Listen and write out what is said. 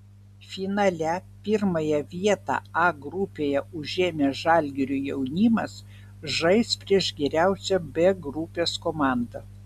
finale pirmąją vietą a grupėje užėmęs žalgirio jaunimas žais prieš geriausią b grupės komandą